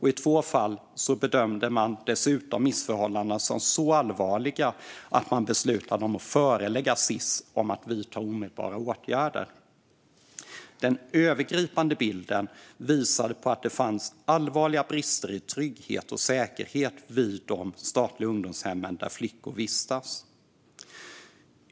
I två fall bedömde man dessutom missförhållandena som så allvarliga att man beslutande om att förelägga Sis att vidta omedelbara åtgärder. Den övergripande bilden visade att det fanns allvarliga brister i trygghet och säkerhet vid de statliga ungdomshem där flickor vistas.